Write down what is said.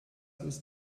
ist